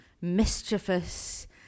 mischievous